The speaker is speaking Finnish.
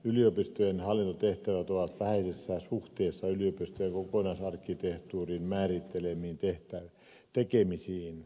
yliopistojen hallintotehtävät ovat vähäisessä suhteessa yliopistojen kokonaisarkkitehtuurin määrittelemiin tekemisiin